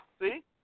See